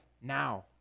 now